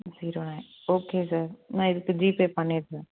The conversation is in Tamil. ஜீரோ நைன் ஓகே சார் நான் இதுக்கு ஜிபே பண்ணிடுறேன்